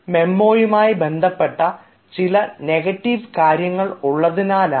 മെമ്മോയുമായി ബന്ധപ്പെട്ട ചില നെഗറ്റീവ് കാര്യങ്ങൾ ഉള്ളതിനാലാണ് ഇത്